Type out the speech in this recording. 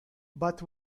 but